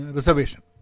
Reservation